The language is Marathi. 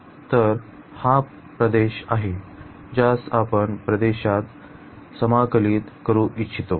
तर हा प्रदेश आहे ज्यास आपण या प्रदेशात समाकलित करू इच्छितो